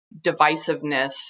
divisiveness